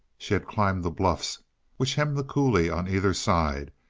she had climbed the bluffs which hemmed the coulee on either side,